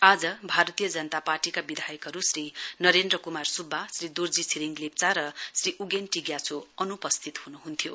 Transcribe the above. आज भारतीय जनता पार्टीका विधायकहरू श्री नरेन्द्र कुमार सुब्बा श्री दोर्जी छिरिङ लेप्वा र श्री उगेन टी ग्याछो अनुपस्थित हुनुहुन्थ्यो